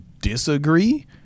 Disagree